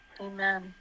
Amen